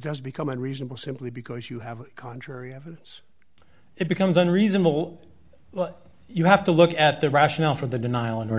does become unreasonable simply because you have contrary evidence it becomes on reasonable well you have to look at the rationale for the denial in order